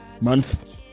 month